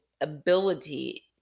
ability